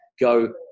go